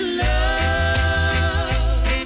love